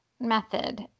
method